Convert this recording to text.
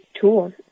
tools